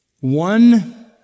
One